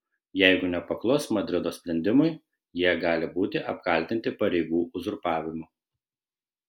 jeigu nepaklus madrido sprendimui jie gali būti apkaltinti pareigų uzurpavimu